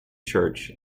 church